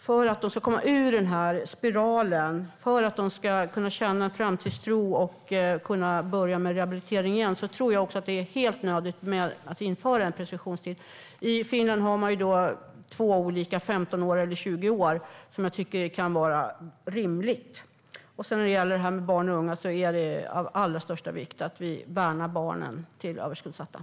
För att de ska komma ur den här spiralen, känna framtidstro och börja med rehabilitering tror jag att det är helt nödvändigt att införa en preskriptionstid. I Finland har man två olika, 15 eller 20 år, vilket jag tycker kan vara rimligt. När det gäller barn och unga i överskuldsatta familjer är det av allra största vikt att vi värnar dem.